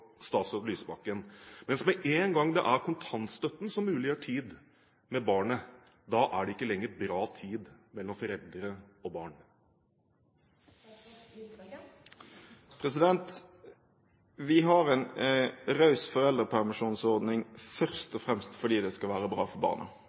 statsråd Lysbakken, mens med en gang det er kontantstøtten som muliggjør tid med barnet, er det ikke lenger bra tid mellom foreldre og barn? Vi har en raus foreldrepermisjonsordning først